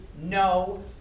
no